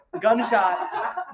gunshot